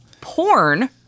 Porn